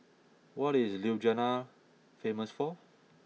what is Ljubljana famous for